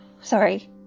Sorry